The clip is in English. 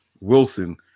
Wilson